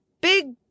big